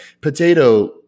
potato